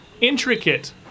intricate